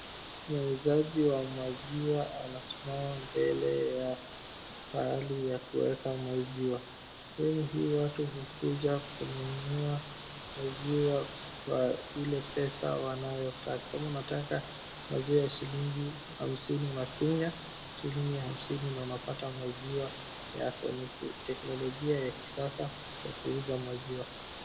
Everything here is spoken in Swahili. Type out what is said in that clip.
Muuzaji wa maziwa anasimama mbele ya pahali ya kuweka maziwa. Sehemu hii watu hukuja kununua maziwa kwa ile pesa wanayotaka. Kama unataka maziwa shilingi hamsini unafinya, shilingi hamsini na unapata maziwa yako . Ni teknolojia ya kisasa ya kuuza maziwa.